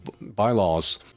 bylaws